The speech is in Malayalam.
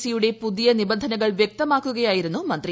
സിയുടെ പുതിയ നിബന്ധനകൾ വൃക്തമാക്കുകയായിരുന്നു മന്ത്രി